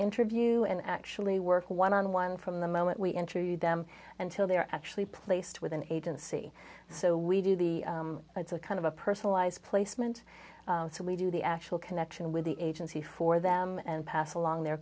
interview and actually work one on one from the moment we interviewed them until they are actually placed with an agency so we do the kind of a personalized placement so we do the actual connection with the agency for them and pass along the